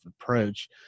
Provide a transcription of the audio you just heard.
approach